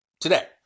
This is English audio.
today